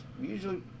usually